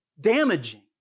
damaging